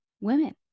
women